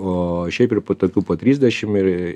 o šiaip ir po tokių po trisdešim ir